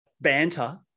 banter